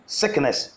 sickness